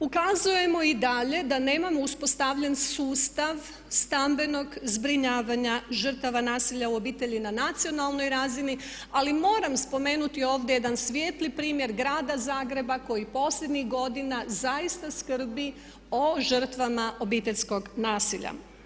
Ukazujemo i dalje da nemamo uspostavljen sustav stambenog zbrinjavanja žrtava nasilja u obitelji i nacionalnoj razini ali moramo spomenuti ovdje jedan svijetli primjer Grada Zagreba koji posljednjih godina zaista skrbi o žrtvama obiteljskog nasilja.